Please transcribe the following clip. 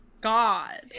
God